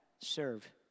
serve